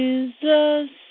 Jesus